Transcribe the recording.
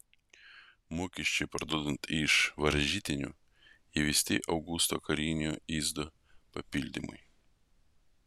mokesčiai parduodant iš varžytinių įvesti augusto karinio iždo papildymui